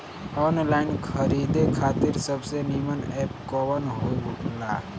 Online खरीदे खातिर सबसे नीमन एप कवन हो ला?